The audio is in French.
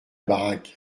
baraque